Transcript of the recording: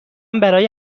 برای